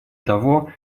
того